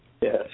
Yes